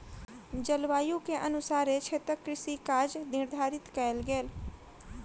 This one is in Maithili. जलवायु के अनुसारे क्षेत्रक कृषि काज निर्धारित कयल गेल